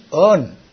earn